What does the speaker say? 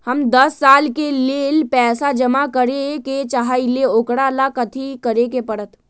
हम दस साल के लेल पैसा जमा करे के चाहईले, ओकरा ला कथि करे के परत?